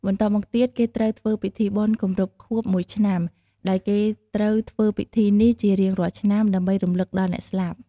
បន្ទប់មកទៀតគេត្រូវធ្វើពិធីបុណ្យគម្រប់ខួបមួយឆ្នាំដោយគេត្រូវធ្វើពិធីនេះជារៀងរាល់ឆ្នាំ ដើម្បីរំលឹកដល់អ្នកស្លាប់។